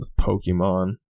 Pokemon